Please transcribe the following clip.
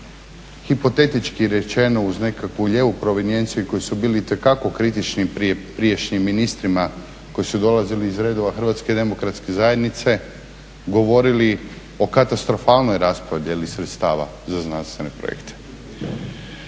hipotetički rečeno uz nekakvu lijevu provenijenciju i koji su bili itekako kritični prijašnjim ministrima koji su dolazili iz redova Hrvatske demokratske zajednice govorili o katastrofalnoj raspodjeli sredstava za znanstvene projekte.